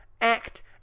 act